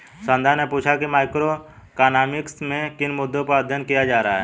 संध्या ने पूछा कि मैक्रोइकॉनॉमिक्स में किन मुद्दों पर अध्ययन किया जाता है